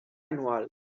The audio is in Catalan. anual